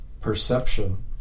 perception